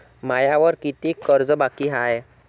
मायावर कितीक कर्ज बाकी हाय?